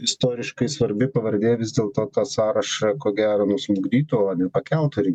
istoriškai svarbi pavardė vis dėlto kad sąrašą ko gero nusmukdytų pakeltų rinkimuose